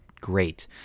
great